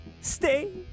stay